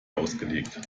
ausgelegt